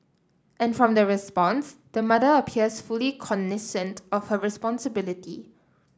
and from the response the mother appears fully cognisant of her responsibility